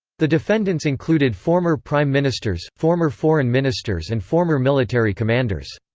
the defendants included former prime ministers, former foreign ministers and former military commanders.